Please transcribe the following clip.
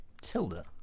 Tilda